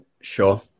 Sure